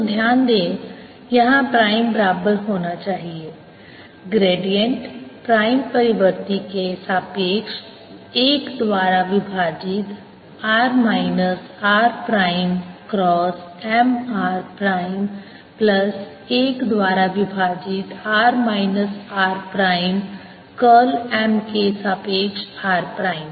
तो ध्यान दें यहां प्राइम बराबर होना चाहिए ग्रेडिएंट प्राइम परिवर्ती के सापेक्ष 1 द्वारा विभाजित r minus r prime cross M r prime plus 1 द्वारा विभाजित r minus r prime curl M के सापेक्ष r प्राइम